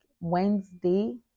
wednesday